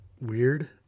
weird